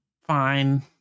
Fine